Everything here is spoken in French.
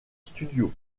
studio